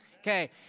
Okay